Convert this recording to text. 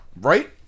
Right